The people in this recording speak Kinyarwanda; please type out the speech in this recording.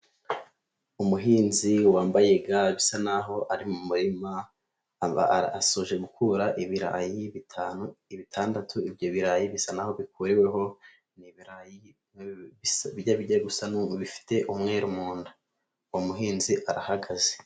Umuhinzi wambaye ga bisa naho ari mu murima asoje gukura ibirayi bitanu, bitandatu, ibyo birarayi bisa naho aho bikuriweho n'ibirayi gusa bifite umweru mu nda, uwo muhinzi arahagaze.